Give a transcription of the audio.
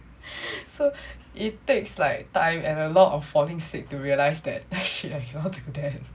so it takes like time a lot of falling sick to realize that I should have